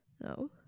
no